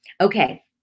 Okay